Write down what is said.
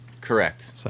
Correct